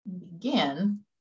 Begin